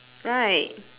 right